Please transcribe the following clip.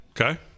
Okay